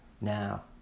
Now